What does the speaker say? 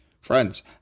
friends